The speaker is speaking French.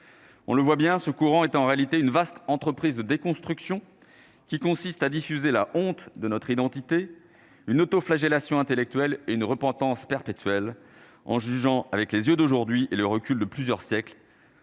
On le voit bien, ce courant est en réalité une vaste entreprise de déconstruction, qui consiste à diffuser la honte de notre identité, une autoflagellation intellectuelle et une repentance perpétuelle en jugeant avec les yeux d'aujourd'hui et le recul de plusieurs siècles.